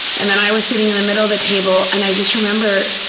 and then i was sitting in the middle of the table and i just remember,